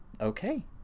Okay